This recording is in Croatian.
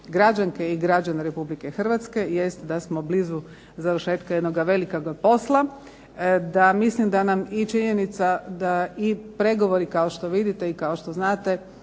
i građane Republike Hrvatske jest da smo blizu završetka jednoga velikoga posla, da mislim da nam i činjenica da i pregovori kao što vidite i kao što znate